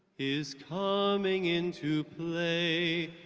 is coming into play,